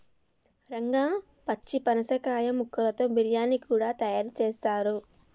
రంగా పచ్చి పనసకాయ ముక్కలతో బిర్యానీ కూడా తయారు చేస్తారు